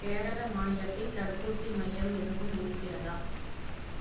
கேரள மாநிலத்தில் தடுப்பூசி மையம் எதுவும் இருக்கிறதா